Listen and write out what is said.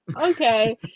okay